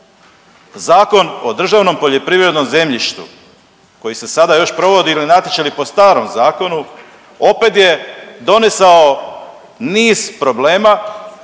Zakon o državnom poljoprivrednom zemljištu koji se sada još provodi ili natječaji po starom zakonu opet je donesao niz problema,